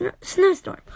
snowstorm